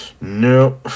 no